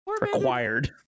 required